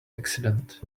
accident